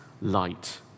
light